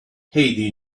hey